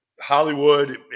Hollywood